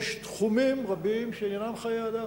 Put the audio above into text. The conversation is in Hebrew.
יש תחומים רבים שעניינם חיי אדם.